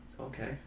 okay